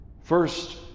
First